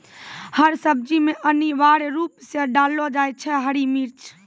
हर सब्जी मॅ अनिवार्य रूप सॅ डाललो जाय छै हरी मिर्च